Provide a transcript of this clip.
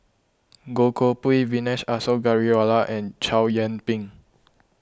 Goh Koh Pui Vijesh Ashok Ghariwala and Chow Yian Ping